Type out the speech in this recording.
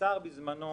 השר בזמנו